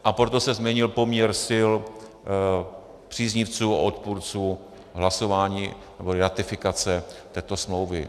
A proto se změnil poměr sil příznivců a odpůrců hlasování, nebo ratifikace této smlouvy.